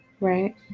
right